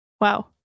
Wow